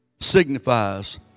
signifies